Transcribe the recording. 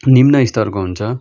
निम्न स्तरको हुन्छ